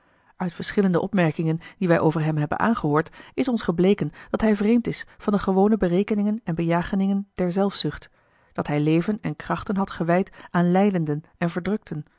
uit verschillende opmerkingen die wij over hem hebben aangehoord is ons gebleken dat hij vreemd is van de gewone berekeningen en bejagingen der zelfzucht dat hij leven en krachten had gewijd aan lijdenden en verdrukten